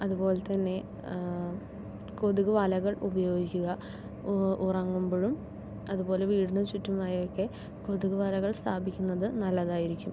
അതുപോലെ തന്നെ കൊതുകുവലകൾ ഉപയോഗിക്കുക ഊ ഉറങ്ങുമ്പോഴും അതുപോലെ വീടിനുചുറ്റിനുമായൊക്കെ കൊതുകുവലകൾ സ്ഥാപിക്കുന്നത് നല്ലതായിരിക്കും